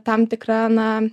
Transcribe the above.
tam tikra na